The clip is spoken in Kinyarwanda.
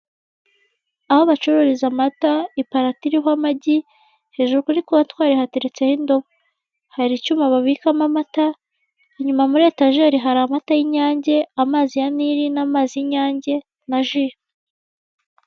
Aho bacururiza amata, iparato iriho amagi, hejur kuri kontwari hateretseho indobo. Hari icyuma babikamo amata, inyuma muri etajeri hari amata y'inyange amazi ya Nili, n'amazi y'inyange na ji.